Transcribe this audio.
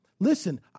Listen